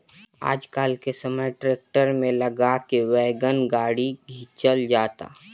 आजकल के समय ट्रैक्टर में लगा के वैगन गाड़ी खिंचल जाता